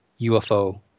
UFO